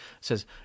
says